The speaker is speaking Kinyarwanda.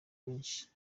benshi